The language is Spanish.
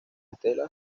estela